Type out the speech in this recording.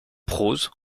prose